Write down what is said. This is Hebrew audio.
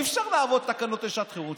אי-אפשר לעבוד עם תקנות לשעת חירום,